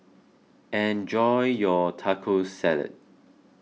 enjoy your Taco Salad